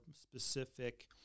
specific